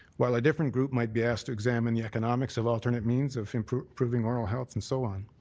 while a different group might be asked to examine the economics of alternate means of improving oral health and so on.